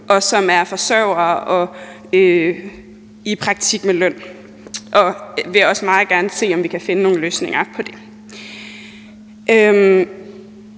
og som er forsørgere og i praktik med løn, og vi vil også meget gerne se, om vi kan finde nogle løsninger på det.